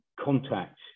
contact